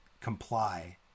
comply